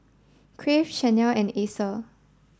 crave Chanel and Acer